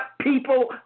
people